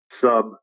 Sub